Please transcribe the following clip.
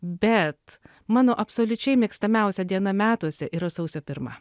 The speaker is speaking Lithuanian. bet mano absoliučiai mėgstamiausia diena metuose yra sausio pirma